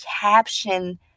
caption